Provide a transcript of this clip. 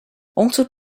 also